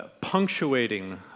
punctuating